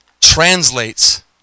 translates